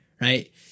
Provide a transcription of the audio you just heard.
right